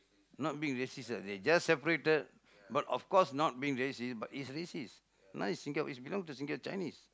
not being racist lah they just separated but of course not being racist but it's racist now is Sing~ is become to Singa~ Chinese